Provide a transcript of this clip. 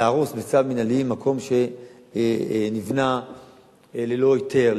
להרוס בצו מינהלי מקום שנבנה ללא היתר.